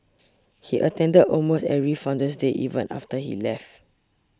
he attended almost every Founder's Day even after he left